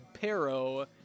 Pero